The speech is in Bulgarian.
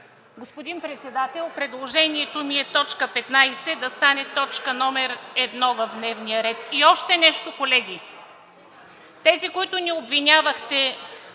господин Председател, предложението ми е точка 15 да стане точка едно в дневния ред. И още нещо, колеги, тези които ни обвинявахте